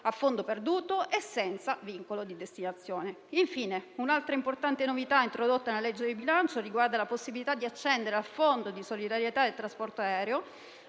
a fondo perduto e senza vincolo di destinazione. Infine, un'altra importante novità introdotta nella legge di bilancio riguarda la possibilità di accedere al Fondo di solidarietà per il settore